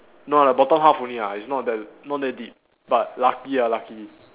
no lah the bottom half only lah it's not that not that deep but lucky ya lucky